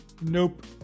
Nope